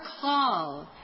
call